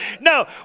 No